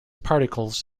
particles